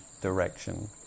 direction